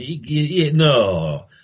no